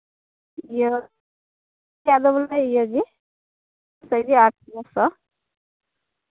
ᱤᱭᱟᱹ ᱪᱟ ᱫᱚ ᱵᱚᱞᱮ ᱤᱭᱟᱹ ᱜᱮ ᱤᱱᱠᱟᱹ ᱜᱮ ᱟᱴᱷᱨᱚ ᱥᱚ